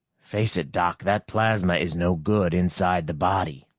face it, doc, that plasma is no good inside the body.